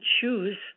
choose